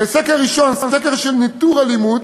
סקר ראשון, סקר של ניטור אלימות,